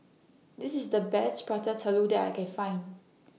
This IS The Best Prata Telur that I Can Find